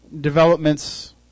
developments